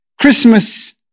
Christmas